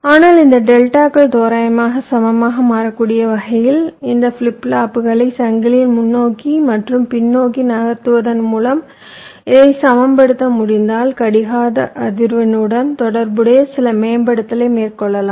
ஆனால் இந்த டெல்டாக்கள் தோராயமாக சமமாக மாறக்கூடிய வகையில் இந்த ஃபிளிப் ஃப்ளாப்புகளை சங்கிலியில் முன்னோக்கி மற்றும் பின்னோக்கி நகர்த்துவதன் மூலம் இதை சமப்படுத்த முடிந்தால் கடிகார அதிர்வெண்ணுடன் தொடர்புடைய சில மேம்படுத்தலை மேற்கொள்ளலாம்